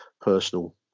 personal